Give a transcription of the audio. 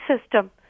system